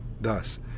Thus